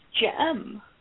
Gem